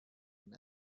and